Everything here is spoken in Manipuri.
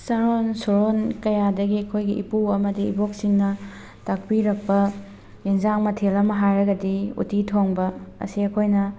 ꯆꯥꯔꯣꯟ ꯁꯨꯔꯣꯟ ꯀꯌꯥꯗꯒꯤ ꯑꯩꯈꯣꯏꯒꯤ ꯏꯄꯨ ꯑꯃꯗꯤ ꯏꯕꯣꯛꯁꯤꯡꯅ ꯇꯥꯛꯄꯤꯔꯛꯄ ꯌꯦꯟꯖꯥꯡ ꯃꯊꯦꯜ ꯑꯃ ꯍꯥꯏꯔꯒꯗꯤ ꯎꯠꯇꯤ ꯊꯣꯡꯕ ꯑꯁꯤ ꯑꯩꯈꯣꯏꯅ